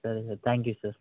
సరే sir thank you sir